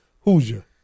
Hoosier